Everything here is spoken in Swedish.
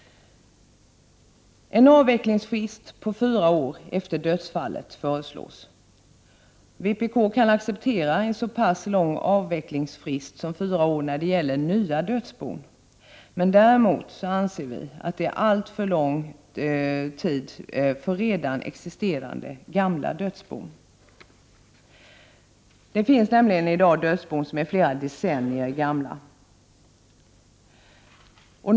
En avvecklingsfrist på fyra år efter dödsfallet föreslås. Vpk kan acceptera en så pass lång avvecklingsfrist som fyra år när det gäller nya dödsbon. Däremot anser vi att det är en alltför lång tid för redan existerande, gamla dödsbon. Det finns nämligen i dag dödsbon som är flera decennier gamla.